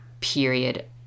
period